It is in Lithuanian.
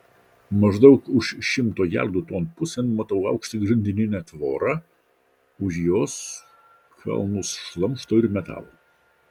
maždaug už šimto jardų ton pusėn matau aukštą grandininę tvorą už jos kalnus šlamšto ir metalo